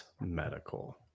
medical